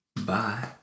Bye